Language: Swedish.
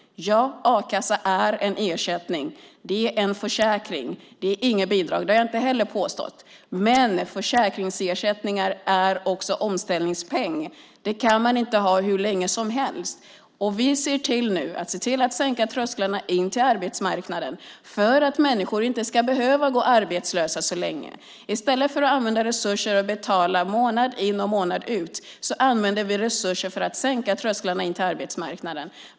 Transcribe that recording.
Ja, a-kassa är en ersättning. Det är en försäkring. Det är inget bidrag. Det har jag inte heller påstått. Men försäkringsersättningar är också omställningspengar. Det kan man inte ha hur länge som helst. Vi ser nu till att sänka trösklarna in till arbetsmarknaden för att människor inte ska behöva gå arbetslösa så länge. I stället för att använda resurser och betala månad in och månad ut använder vi resurser för att sänka trösklarna in till arbetsmarknaden.